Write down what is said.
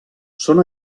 són